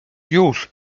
już